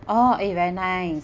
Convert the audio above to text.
oh eh very nice